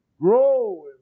grow